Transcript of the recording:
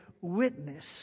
witness